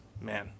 man